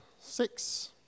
six